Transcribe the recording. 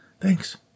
Thanks